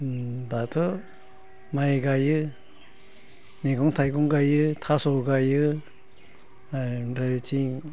दाथ' माइ गायो मैगं थाइगं गायो थास' गायो ओमफ्राय बिथिं